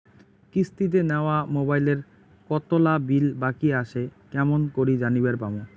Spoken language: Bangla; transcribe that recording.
কিস্তিতে নেওয়া মোবাইলের কতোলা বিল বাকি আসে কেমন করি জানিবার পামু?